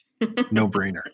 no-brainer